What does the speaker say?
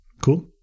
Cool